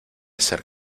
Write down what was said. ser